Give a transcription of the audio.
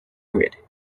grid